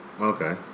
Okay